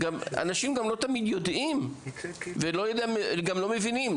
אנשים לא תמיד יודעים וגם לא מבינים.